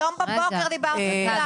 היום בבוקר דיברתי איתם.